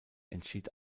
entschied